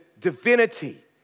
divinity